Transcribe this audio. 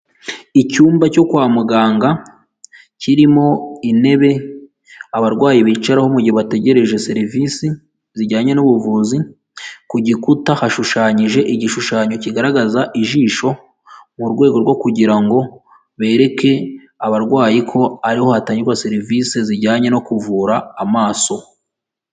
Icyumba cyo kwa muganga kirimo intebe abarwayi bicaraho mu gihe bategereje serivisi zijyanye n'ubuvuzi, ku gikuta hashushanyije igishushanyo kigaragaza ijisho mu rwego rwo kugirango bereke abarwayi ko ariho hatangirwa serivisi zijyanye no kuvura amaso.